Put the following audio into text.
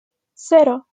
cero